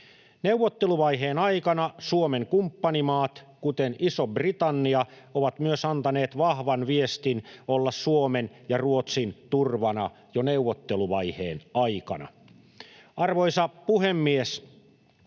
Neuvotteluvaiheen aikana Suomen kumppanimaat, kuten Iso-Britannia, ovat myös antaneet vahvan viestin olla Suomen ja Ruotsin turvana jo neuvotteluvaiheen aikana. Arvoisa puhemies!